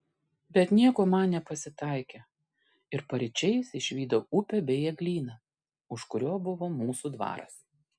bet nieko man nepasitaikė ir paryčiais išvydau upę bei eglyną už kurio buvo mūsų dvaras